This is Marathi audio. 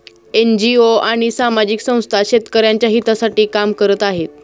एन.जी.ओ आणि सामाजिक संस्था शेतकऱ्यांच्या हितासाठी काम करत आहेत